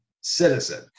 citizen